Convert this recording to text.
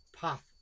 path